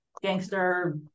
gangster